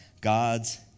God's